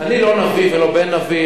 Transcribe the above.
אני לא נביא ולא בן נביא,